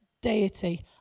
deity